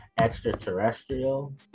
extraterrestrial